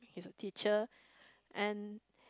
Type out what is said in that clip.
he's a teacher and